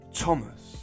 Thomas